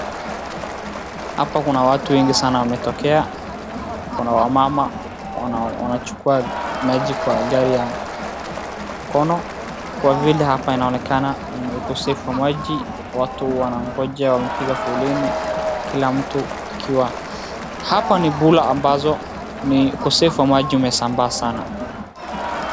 Hapa kuna watu wengi sana wametokea, kuna wamama wanachukua maji kwa gari ya mkono, kwa vile hapa yanaonekana ukosefu wa maji, watu wanangoja wamepiga foleni, kila mtu akiwa, hapa bula ambazo ni ukosefu wa maji umesambaa sana.